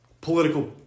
political